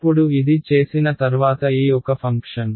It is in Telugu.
ఇప్పుడు ఇది చేసిన తర్వాత ఈ ఒక ఫంక్షన్